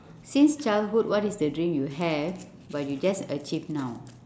since childhood what is the dream you have but you just achieved now